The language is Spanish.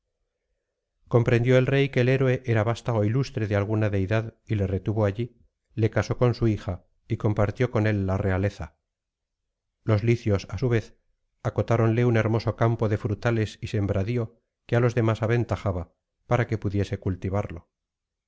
comprendió el rey que el héroe era vastago ilustre de alguna deidad y le retuvo allí le casó con su hija y compartió con él la realeza los licios á su vez acotáronle un hermoso campo de frutales y sembradío que álos demás aventajaba para que pudiese cultivarlo